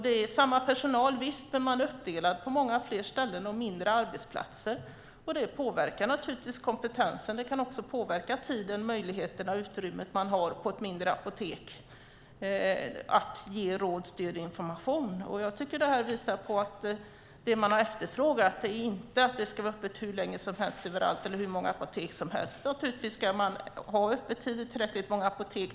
Det är samma personal, visst, men man är uppdelade på fler ställen och mindre arbetsplatser. Det påverkar naturligtvis kompetensen, och det kan också påverka den tid, de möjligheter och det utrymme man på ett mindre apotek har för att ge råd, stöd och information. Jag tycker att detta visar på att det man efterfrågar inte är att det ska vara öppet hur länge som helst överallt eller att det ska vara hur många apotek som helst. Naturligtvis ska man ha bra öppettider och tillräckligt många apotek.